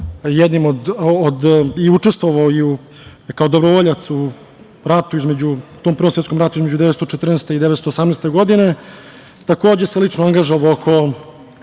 jednim od, i učestvovao kao dobrovoljac u ratu između, u tom Prvom svetskom ratu, između 1914. i 1918. godine. Takođe se lično angažovao oko